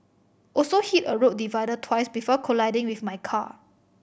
also hit a road divider twice before colliding with my car